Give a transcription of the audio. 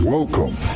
Welcome